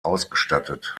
ausgestattet